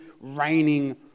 reigning